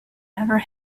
never